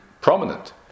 prominent